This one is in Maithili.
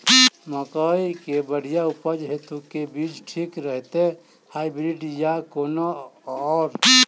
मकई केँ बढ़िया उपज हेतु केँ बीज ठीक रहतै, हाइब्रिड आ की कोनो आओर?